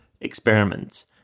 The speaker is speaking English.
experiments